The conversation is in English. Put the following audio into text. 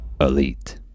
elite